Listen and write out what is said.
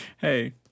Hey